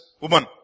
woman